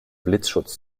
blitzschutz